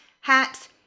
hats